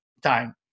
time